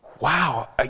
Wow